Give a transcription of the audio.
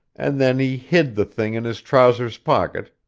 and then he hid the thing in his trousers pocket,